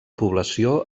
població